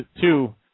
two